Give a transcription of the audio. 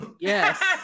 yes